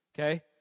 Okay